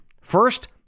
First